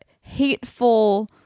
hateful